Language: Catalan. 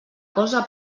cosa